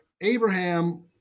Abraham